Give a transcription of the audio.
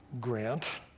grant